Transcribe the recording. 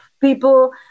people